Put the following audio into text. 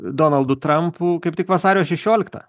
donaldu trampu kaip tik vasario šešioliktą